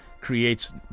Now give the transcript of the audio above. creates